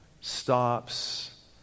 stops